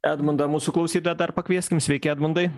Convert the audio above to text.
edmundą mūsų klausytoją dar pakvieskim sveiki edmundai